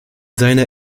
seiner